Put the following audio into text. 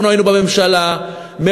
אנחנו היינו בממשלה, נא לסיים.